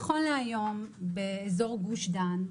נכון להיום באזור גוש דן,